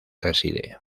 reside